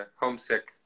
homesick